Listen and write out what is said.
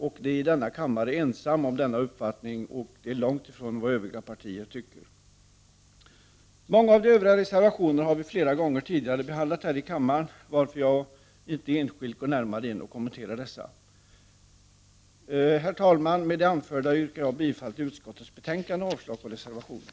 De är i denna kammare ensamma om denna uppfattning, och det är långt ifrån vad övriga partier tycker. Många av de övriga reservationerna har vi flera gånger tidigare behandlat här i kammaren, varför jag ej enskilt går närmare in och kommenterar dessa. Herr talman! Med det anförda yrkar jag bifall till utskottets hemställan och avslag på reservationerna.